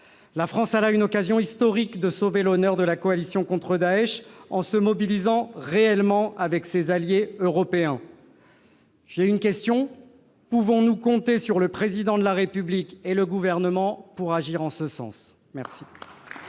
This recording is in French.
La France a là une occasion historique de sauver l'honneur de la coalition contre Daech en se mobilisant réellement avec ses alliés européens. Pouvons-nous compter sur le Président de la République et sur le Gouvernement pour agir en ce sens ? La